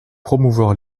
promouvoir